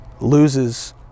loses